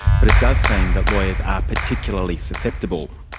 but it does seem that lawyers are particularly susceptible.